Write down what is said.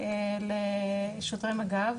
לשוטרי מג"ב,